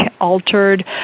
altered